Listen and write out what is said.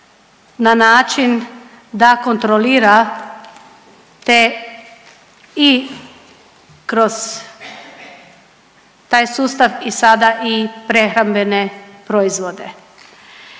na način da kontrolira te i kroz taj sustav i sada i prehrambene proizvode.